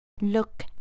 Look